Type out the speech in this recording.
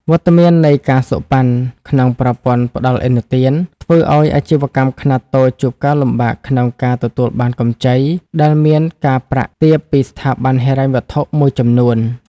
វត្តមាននៃ ការសូកប៉ាន់ ក្នុងប្រព័ន្ធផ្ដល់ឥណទាន ធ្វើឱ្យអាជីវកម្មខ្នាតតូចជួបការលំបាកក្នុងការទទួលបានកម្ចីដែលមានការប្រាក់ទាបពីស្ថាប័នហិរញ្ញវត្ថុមួយចំនួន។